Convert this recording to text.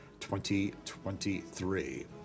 2023